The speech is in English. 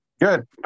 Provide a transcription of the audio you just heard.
Good